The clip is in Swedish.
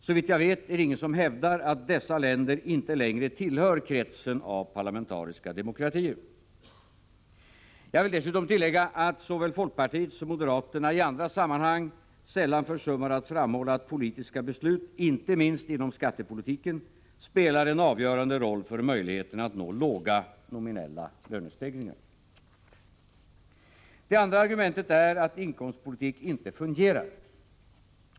Såvitt jag vet är det ingen som hävdar att dessa länder inte längre tillhör kretsen av parlamentariska demokratier. Jag vill dessutom tillägga att såväl folkpartiet som moderaterna i andra sammanhang sällan försummar att framhålla att politiska beslut, inte minst inom skattepolitiken, spelar en avgörande roll för möjligheterna att nå låga nominella lönestegringar. Det andra argumentet är att inkomstpolitik inte fungerar.